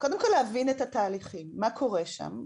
קודם כל להבין את התהליכים מה קורה שם?